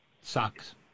Sucks